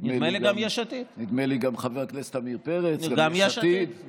נדמה לי שגם חבר הכנסת עמיר פרץ וגם יש עתיד.